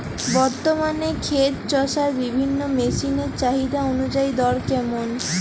বর্তমানে ক্ষেত চষার বিভিন্ন মেশিন এর চাহিদা অনুযায়ী দর কেমন?